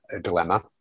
dilemma